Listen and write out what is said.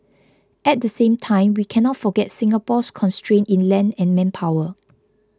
at the same time we cannot forget Singapore's constraints in land and manpower